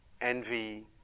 envy